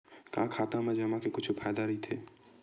का खाता मा जमा के कुछु फ़ायदा राइथे?